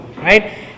Right